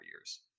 years